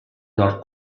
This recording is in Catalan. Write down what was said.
nord